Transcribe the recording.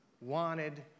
wanted